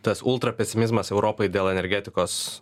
tas ultra pesimizmas europai dėl energetikos